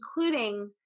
including